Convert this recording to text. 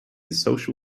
social